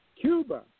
Cuba